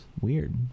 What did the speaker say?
Weird